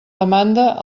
demanda